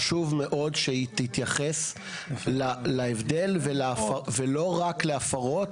חשוב מאוד שהיא תתייחס להבדל ולא רק להפרות,